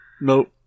nope